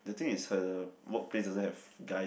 the thing is her work place also have guys